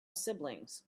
siblings